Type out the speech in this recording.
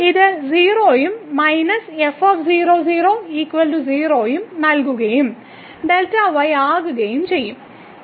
ഇത് 0 ഉം minus f 00 0 ഉം നൽകുകയും Δy ആകുകയും ചെയ്യും